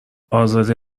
ازاده